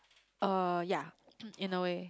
uh ya in a way